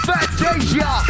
Fantasia